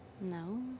No